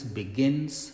begins